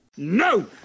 No